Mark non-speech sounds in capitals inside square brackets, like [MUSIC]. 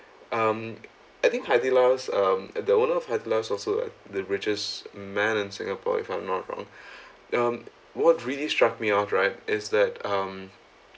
um I think Haidilao um and the owner of Haidilao also like the richest man in singapore if I'm not wrong [BREATH] um what really struck me out right is that um